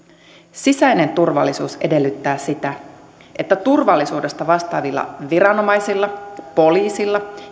sisäinen turvallisuus edellyttää sitä että turvallisuudesta vastaavilla viranomaisilla poliisilla